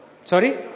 Sorry